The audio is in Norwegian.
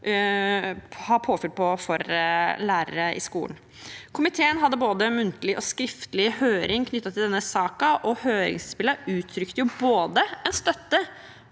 på påfyll for lærere i skolen. Komiteen avholdt både muntlig og skriftlig høring knyttet til denne saken, og høringsinnspillene uttrykte både støtte